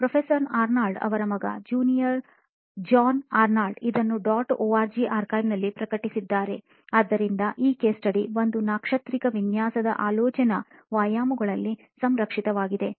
professor Arnold ಅವರ ಮಗ junior John Arnold ಇದನ್ನು dot org archive ನಲ್ಲಿ ಪ್ರಕಟಿಸಿದ್ದಾರೆ ಆದ್ದರಿಂದ ಈ ಕೇಸ್ ಸ್ಟಡಿ ಒಂದು ನಾಕ್ಷತ್ರಿಕ ವಿನ್ಯಾಸದ ಆಲೋಚನಾ ವ್ಯಾಯಾಮಗಳಲ್ಲಿ ಸಂರಕ್ಷಿಸಿತವಾಗಿದೆ